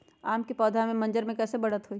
आम क पौधा म मजर म कैसे बढ़त होई?